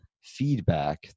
feedback